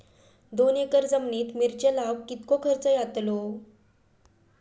दोन एकर जमिनीत मिरचे लाऊक कितको खर्च यातलो?